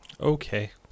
Okay